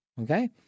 Okay